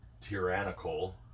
tyrannical